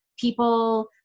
people